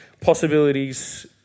possibilities